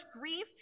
grief